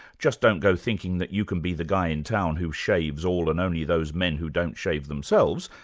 just don't go thinking that you can be the guy in town who shaves all and only those men who don't shave themselves,